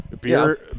Beer